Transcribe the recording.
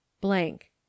blank